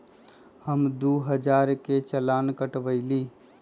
हम दु हजार के चालान कटवयली